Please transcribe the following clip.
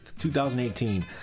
2018